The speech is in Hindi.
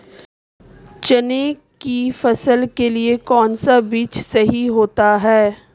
चने की फसल के लिए कौनसा बीज सही होता है?